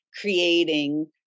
creating